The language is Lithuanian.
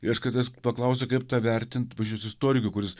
ir aš kartais paklausiu kaip tą vertint bažnyčios istoriko kuris